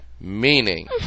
Meaning